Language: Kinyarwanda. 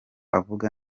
avuga